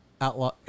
Outlaw